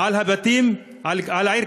על הבתים, על העיר